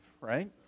right